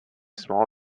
small